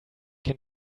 can